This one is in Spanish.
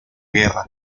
guerra